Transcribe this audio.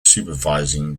supervising